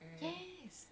hmm